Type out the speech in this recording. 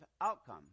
outcome